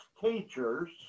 teachers